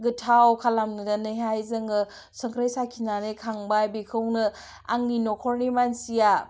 गोथाव खालामनानैहाय जोङो संख्रि साखिनानै खांबाय बेखौनो आंनि नखरनि मानसिया